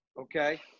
Okay